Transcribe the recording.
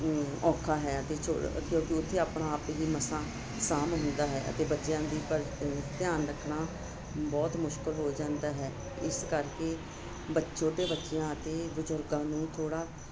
ਔਖਾ ਹੈ ਅਤੇ ਛੋ ਕਿਉਂਕਿ ਆਪਣਾ ਆਪ ਈ ਮਸਾਂ ਸਾਂਭ ਹੁੰਦਾ ਹੈ ਅਤੇ ਬੱਚਿਆਂ ਦੀ ਪ ਧਿਆਨ ਰੱਖਣਾ ਬਹੁਤ ਮੁਸ਼ਕਲ ਹੋ ਜਾਂਦਾ ਹੈ ਇਸ ਕਰਕੇ ਬੱ ਛੋਟੇ ਬੱਚਿਆਂ ਅਤੇ ਬਜ਼ੁਰਗਾਂ ਨੂੰ ਥੋੜ੍ਹਾ